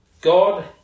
God